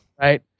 right